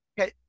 Okay